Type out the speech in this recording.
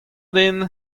din